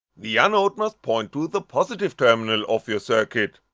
the anode must point to the positive terminal of your circuit.